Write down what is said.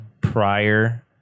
prior